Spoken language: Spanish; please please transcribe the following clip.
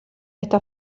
esta